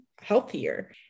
healthier